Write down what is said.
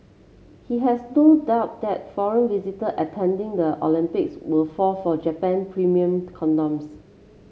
he has no doubt that foreign visitor attending the Olympics will fall for Japan premium condoms